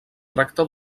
tracta